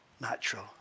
natural